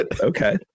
Okay